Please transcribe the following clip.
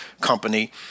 company